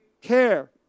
care